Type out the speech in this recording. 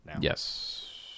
yes